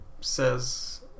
says